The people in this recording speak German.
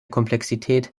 komplexität